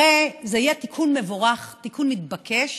הרי זה יהיה תיקון מבורך, תיקון מתבקש,